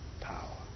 power